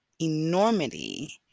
enormity